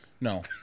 No